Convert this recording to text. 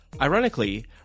Ironically